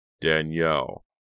Danielle